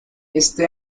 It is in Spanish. este